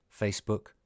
Facebook